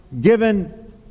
given